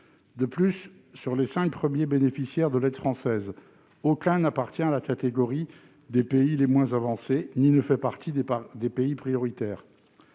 De plus, sur les cinq premiers pays bénéficiaires de l'aide française, aucun n'appartient à la catégorie des pays les moins avancés ni ne fait partie des pays prioritaires.